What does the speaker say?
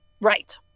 Right